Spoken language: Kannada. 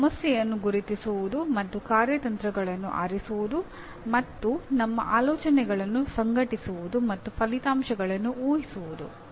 ಅವು ಸಮಸ್ಯೆಯನ್ನು ಗುರುತಿಸುವುದು ಮತ್ತು ಕಾರ್ಯತಂತ್ರಗಳನ್ನು ಆರಿಸುವುದು ಮತ್ತು ನಮ್ಮ ಆಲೋಚನೆಗಳನ್ನು ಸಂಘಟಿಸುವುದು ಮತ್ತು ಪರಿಣಾಮಗಳನ್ನು ಊಹಿಸುವುದು